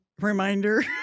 Reminder